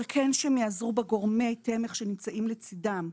אבל כן שהם ייעזרו בגורמי תמך שנמצאים לצדם,